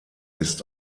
ist